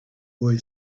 boy